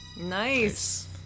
Nice